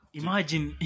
imagine